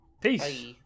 Peace